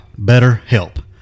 BetterHelp